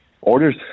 orders